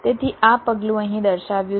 તેથી આ પગલું અહીં દર્શાવ્યું છે